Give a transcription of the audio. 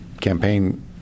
campaign